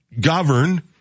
govern